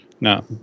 No